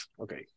okay